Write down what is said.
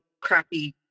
crappy